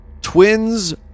Twins